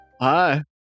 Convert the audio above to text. Hi